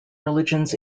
religions